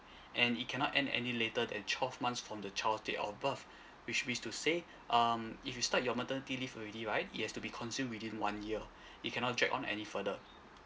and it cannot end any later than twelve months from the child date of birth which means to say um if you start your maternity leave already right it has to be consumed within one year it cannot drag on any further